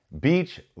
beach